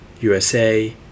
USA